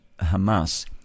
Hamas